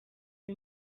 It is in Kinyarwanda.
uyu